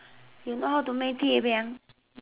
you know how to make